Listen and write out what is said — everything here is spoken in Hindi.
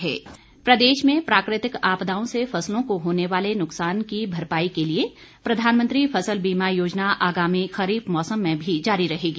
फ़सल बीमा प्रदेश में प्राकृतिक आपदाओं से फसलों को होने वाले नुकसान की भरपाई के लिए प्रधानमंत्री फसल बीमा योजना आगामी खरीफ मौसम में भी जारी रहेगी